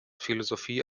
philosophie